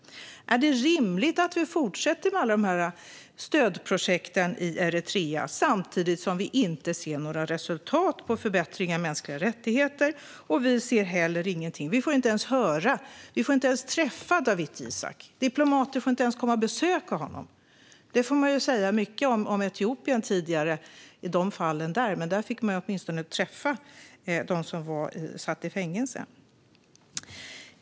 Är det rimligt att vi fortsätter med alla dessa stödprojekt i Eritrea samtidigt som vi inte ser några resultat i fråga om förbättrade mänskliga rättigheter? Vi ser heller inga resultat i fallet Dawit Isaak. Vi får inte ens höra eller träffa honom. Diplomater får inte ens besöka honom. Man kan säga mycket om de tidigare fallen i Etiopien, men där fick man åtminstone träffa dem som satt i fängelse.